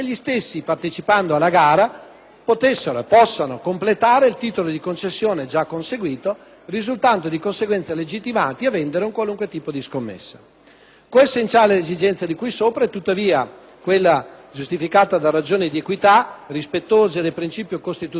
alla gara, possano completare il titolo di concessione già conseguito, risultando, di conseguenza, legittimati a vendere un qualunque tipo di scommessa. Coessenziale a quest'ultima esigenza è tuttavia quella - giustificata da ragioni di equità, rispettose del principio costituzionale di parità di trattamento